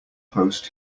post